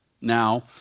Now